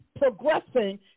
progressing